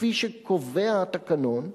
כפי שהתקנון קובע,